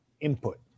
input